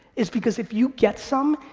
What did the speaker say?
is because if you get some,